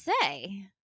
say